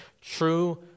true